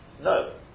no